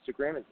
Instagram